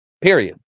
period